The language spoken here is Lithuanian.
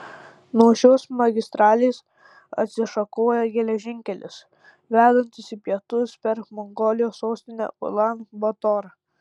nuo šios magistralės atsišakoja geležinkelis vedantis į pietus per mongolijos sostinę ulan batorą